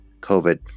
COVID